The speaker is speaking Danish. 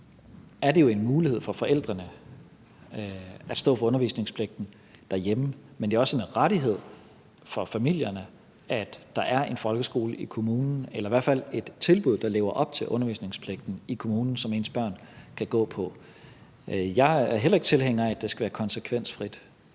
det jo en mulighed for forældrene at stå for undervisningspligten derhjemme, men det er også en rettighed for familierne, at der er en folkeskole i kommunen eller i hvert fald et tilbud, der lever op til undervisningspligten, i kommunen, som deres børn kan gå på. Jeg er heller ikke tilhænger af, at det skal være konsekvensfrit.